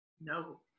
No